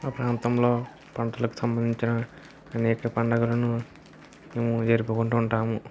మా ప్రాంతంలో పంటలకు సంబంధించిన అనేక పండగలను మేము జరుపుకుంటుంటాము